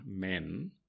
men